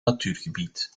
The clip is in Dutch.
natuurgebied